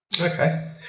Okay